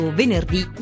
venerdì